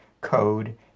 code